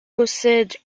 possède